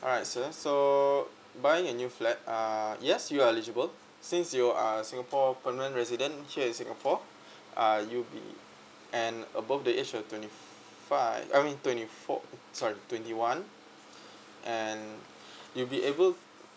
alright sir so buying a new flat uh yes you're eligible since you are singapore permanent resident here in singapore uh you'll be and above the age of twenty five I mean twenty four eh sorry twenty one and you'll be able